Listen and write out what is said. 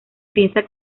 piensa